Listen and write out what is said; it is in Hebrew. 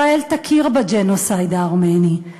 ישראל תכיר בג'נוסייד הארמני,